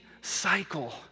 cycle